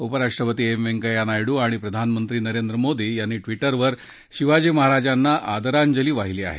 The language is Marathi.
उपराष्ट्रपती एम व्यंकय्या नायडू आणि प्रधानमंत्री नरेंद्र मोदी यांनी ट्विटरवर शिवाजी महाराजांना आदरांजली वाहिली आहे